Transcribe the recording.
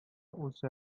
үлсә